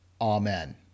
Amen